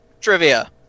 trivia